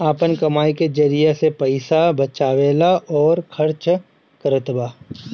आपन कमाई के जरिआ से पईसा बचावेला अउर खर्चा करतबा